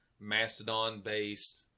Mastodon-based